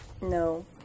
No